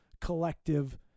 collective